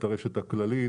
את הרשת הכללית